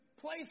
place